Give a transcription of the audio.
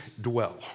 dwell